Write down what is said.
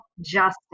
justice